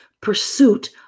pursuit